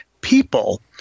people